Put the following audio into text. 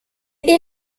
haies